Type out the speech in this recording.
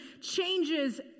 changes